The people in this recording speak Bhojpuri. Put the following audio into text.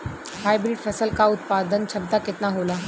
हाइब्रिड फसल क उत्पादन क्षमता केतना होला?